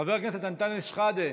חבר הכנסת אנטאנס שחאדה,